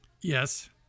Yes